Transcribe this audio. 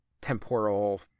temporal